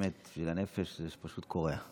באמת שאת הנפש זה פשוט קורע.